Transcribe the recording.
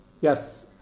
yes